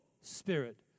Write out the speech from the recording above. spirit